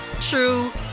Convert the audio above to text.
true